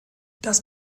das